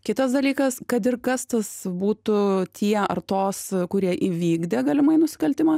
kitas dalykas kad ir kas tas būtų tie ar tos kurie įvykdė galimai nusikaltimą